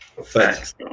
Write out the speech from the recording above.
Thanks